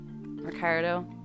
Ricardo